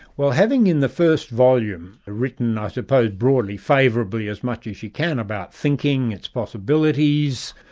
well having in the first volume written i suppose broadly favourably as much as she can about thinking, its possibilities,